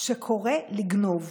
שקורא לגנוב,